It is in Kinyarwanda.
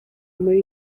muri